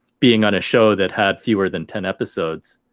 being on a show that had fewer than ten episodes,